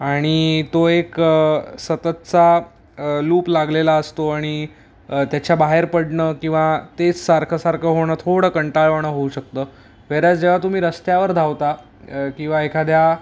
आणि तो एक सततचा लूप लागलेला असतो आणि त्याच्या बाहेर पडणं किंवा तेच सारखं सारखं होणं थोडं कंटाळवाणं होऊ शकतं व्हेअर ॲज जेव्हा तुम्ही रस्त्यावर धावता किंवा एखाद्या